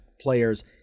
players